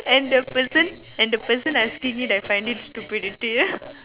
and the person and the person asking it I find it stupidity